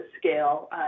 scale